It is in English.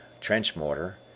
trench-mortar